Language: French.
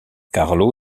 carlo